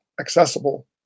accessible